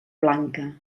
blanca